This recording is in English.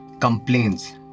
complaints